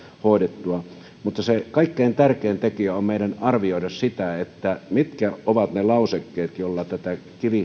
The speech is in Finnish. hoidettua mutta kaikkein tärkeintä on meidän arvioida sitä mitkä ovat ne lausekkeet joilla tätä